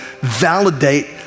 validate